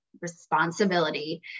responsibility